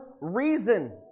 reason